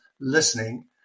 listening